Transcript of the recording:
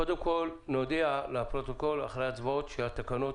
קודם כול נודיע לפרוטוקול אחרי ההצבעות שהתקנות